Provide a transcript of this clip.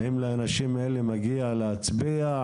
האם לאנשים האלה מגיע להצביע?